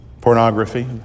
Pornography